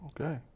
Okay